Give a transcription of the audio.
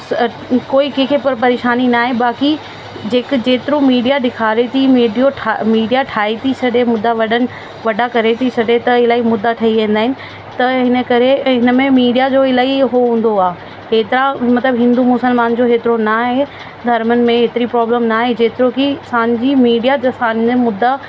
कोई कंहिंखे परेशानी न आहे बाक़ी जेके जेतिरो मीडिया ॾेखारे थी मीडियो ठ मीडिया ठाहे थी छॾे मुद्दा वॾनि वॾा करे थी छ्ॾे त इलाही मुद्दा ठही वेंदा आहिनि हिन करे इनमें मीडिया जो इलाही हो हूंदो आहे हे था मतिलब हिंदू मुस्लमान जो न आहे धर्मन में एतिरी प्रोब्लम न आहे जेतिरो की असांजी मीडिया जंहिंसां ए मुद्दा